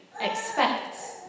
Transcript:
expects